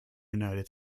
united